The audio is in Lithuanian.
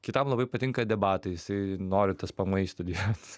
kitam labai patinka debatai jisai nori tspmi studijuot